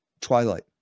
twilight